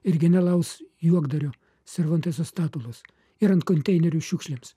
ir genialaus juokdario servanteso statulos ir ant konteinerių šiukšlėms